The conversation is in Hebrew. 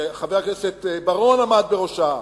שחבר הכנסת בר-און עמד בראשה